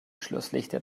schlusslichter